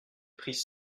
prix